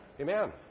Amen